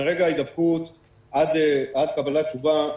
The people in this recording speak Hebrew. מרגע ההידבקות עד קבלת התשובה,